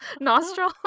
nostril